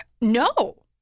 No